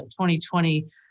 2020